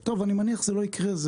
טוב, אני מניח שזה לא יקרה.